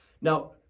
Now